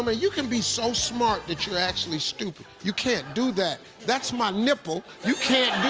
um ah you can be so smart that you're actually stupid you can't do that. that's my nipple. you can't